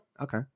Okay